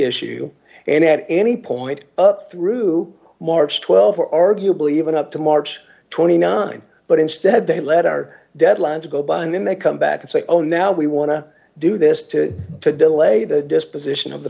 issue and at any point up through march th or arguably even up to march twenty nine but instead they let our deadlines go by and then they come back and say oh now we want to do this to to delay the disposition of the